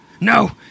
no